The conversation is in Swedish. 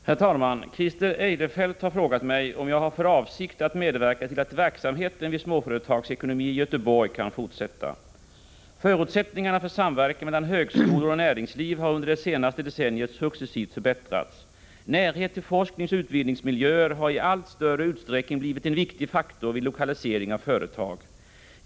Herr talman! Christer Eirefelt har frågat mig om jag har för avsikt att medverka till att verksamheten vid Småföretagsekonomi i Göterborg kan forsätta. Förutsättningarna för samverkan mellan högskolor och näringsliv har under det senaste decenniet successivt förbättrats. Närhet till forskningsoch utbildningsmiljöer har i allt större utsträckning blivit en viktig faktor vid lokalisering av företag.